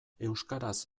euskaraz